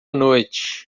noite